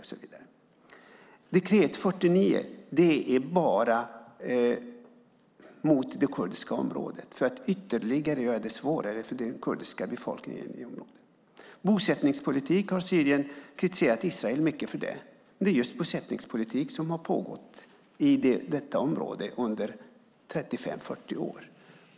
Dekret 49 gäller bara det kurdiska området för att göra det ännu svårare för det kurdiska området och för att göra det ännu svårare för den kurdiska befolkningen i området. Syrien har kritiserat Israels bosättningspolitik mycket. Men det är just en bosättningspolitik som har pågått i detta område under 35-40 år.